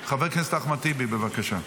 חבר הכנסת אחמד טיבי, בבקשה.